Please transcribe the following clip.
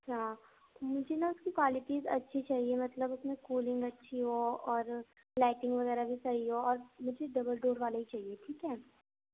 اچھا مجھے نا اس کی کوالٹیز اچھی چاہیے مطلب اس میں کولنگ اچھی ہو اور لائٹنگ وغیرہ بھی صحیح ہو اور مجھے ڈبل ڈور والا ہی چاہیے ٹھیک ہے